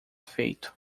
feito